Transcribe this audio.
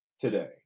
today